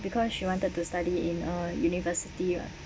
because she wanted to study in a university [what]